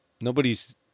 nobody's